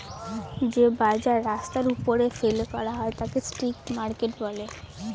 যে বাজার রাস্তার ওপরে ফেলে করা হয় তাকে স্ট্রিট মার্কেট বলে